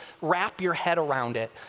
wrap-your-head-around-it